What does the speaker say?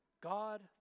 God